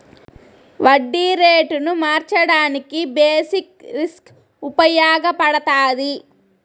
వడ్డీ రేటును మార్చడానికి బేసిక్ రిస్క్ ఉపయగపడతాది